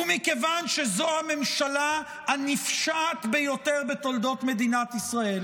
מכיוון שזו הממשלה הנפשעת ביותר בתולדות מדינת ישראל